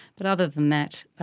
but other than that,